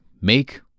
make